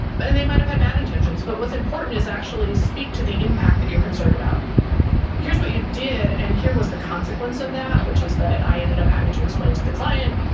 but and they might've had bad intentions, but what's important is actually speak to the impact that you're concerned about here's what you did and here was the consequence of that, which is that i ended up having to explain to the client,